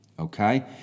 okay